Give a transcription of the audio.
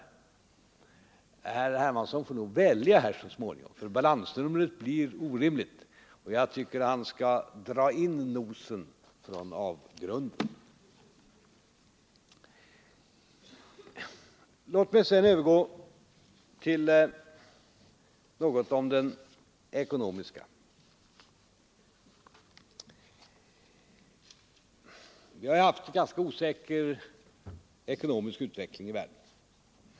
Herr Hermansson får nog välja här så småningom, ty detta balansnummer framstår som orimligt. Jag tycker att han skall dra tillbaka nosen från avgrunden. Låt mig sedan övergå till att säga något om den ekonomiska situationen. Det har varit en ganska osäker ekonomisk utveckling i världen.